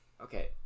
okay